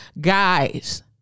Guys